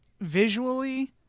visually